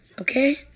okay